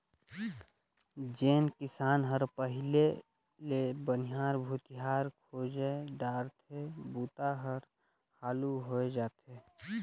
जेन किसान हर पहिले ले बनिहार भूथियार खोएज डारथे बूता हर हालू होवय जाथे